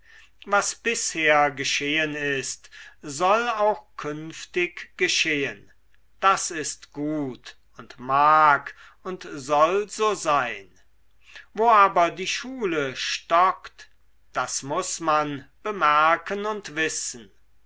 was bisher geschehen ist soll auch künftig geschehen das ist gut und mag und soll so sein wo aber die schule stockt das muß man bemerken und wissen